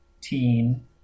teen